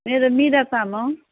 मेरो मिरा तामाङ